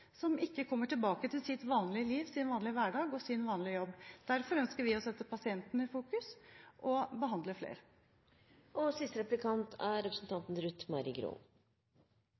som ikke kommer tilbake til sitt vanlige liv, sin vanlige hverdag og sin vanlige jobb. Derfor ønsker vi å sette pasienten i fokus og behandle flere.